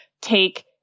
take